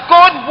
God